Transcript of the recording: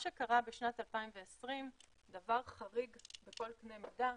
בשנת 2020 קרה דבר חריג בכל קנה מידה,